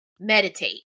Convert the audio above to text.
Meditate